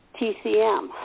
TCM